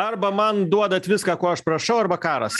arba man duodat viską ko aš prašau arba karas